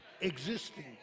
existing